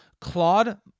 Claude